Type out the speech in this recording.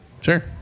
sure